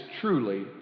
truly